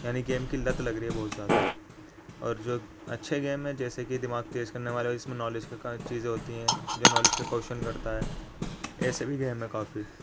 یعنی گیم کی لت لگ رہی ہے بہت زیادہ اور جو اچھے گیم ہیں جیسے کہ دماغ تیز کرنے والے اور اس میں نالج کی چیزیں ہوتی ہیں جو نالچ کا کوئشن کرتا ہے ایسے بھی گیم ہیں کافی